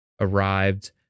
arrived